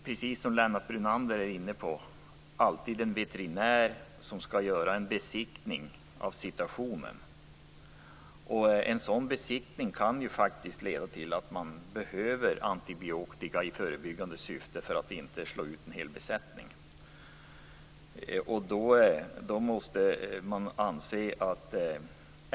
Precis som Lennart Brunander var inne på är det alltid en veterinär som skall göra en besiktning av situationen. En sådan besiktning kan faktiskt leda till att man behöver antibiotika i förebyggande syfte för att inte slå ut en hel besättning.